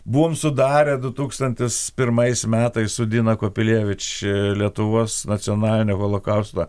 buvom sudarę du tūkstantis pirmais metais su dina kopilievič ee lietuvos nacionalinio holokausto